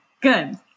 Good